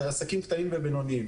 עסקים קטנים ובינוניים